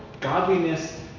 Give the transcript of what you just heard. godliness